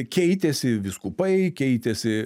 keitėsi vyskupai keitėsi